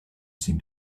seem